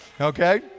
okay